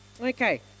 Okay